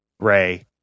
ray